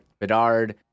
Bedard